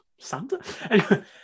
Santa